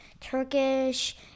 Turkish